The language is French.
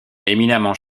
éminemment